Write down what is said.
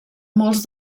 molts